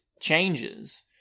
changes